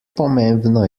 pomembno